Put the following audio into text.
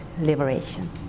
liberation